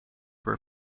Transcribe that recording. were